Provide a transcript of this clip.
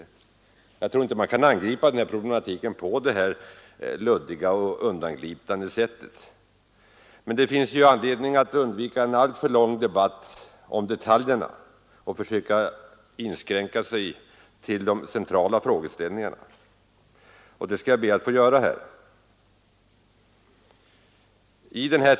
Jag anser att man inte får angripa problematiken på det här luddiga och undanglidande sättet. Det finns emellertid anledning att undvika en alltför lång debatt om detaljerna och i stället försöka inskränka sig till de centrala frågeställningarna, och det skall jag försöka göra här.